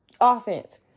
offense